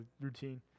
routine